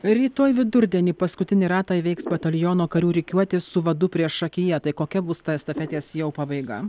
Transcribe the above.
rytoj vidurdienį paskutinį ratą įveiks bataliono karių rikiuotė su vadu priešakyje tai kokia bus ta estafetės jau pabaiga